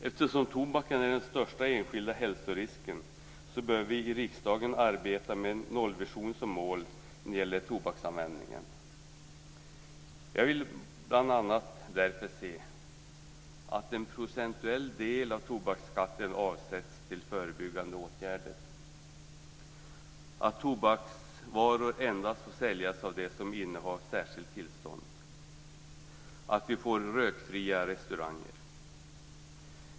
Eftersom tobaken är den största enskilda hälsorisken bör vi i riksdagen arbeta med en nollvision som mål när det gäller tobaksanvändningen. Jag vill därför bl.a. se att en procentuell andel av tobaksskatten avsätts till förebyggande åtgärder, att tobaksvaror endast ska få säljas av dem som innehar särskilt tillstånd och att vi får rökfria restauranger.